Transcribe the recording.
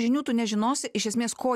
žinių tu nežinosi iš esmės ko